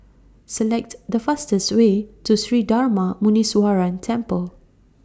Select The fastest Way to Sri Darma Muneeswaran Temple